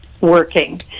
working